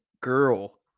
girl